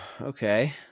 okay